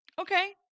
Okay